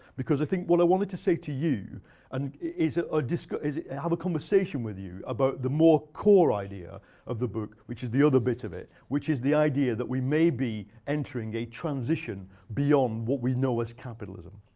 because i think what i wanted to say to you and is ah ah have a conversation with you about the more core idea of the book, which is the other bit of it, which is the idea that we may be entering a transition beyond what we know as capitalism.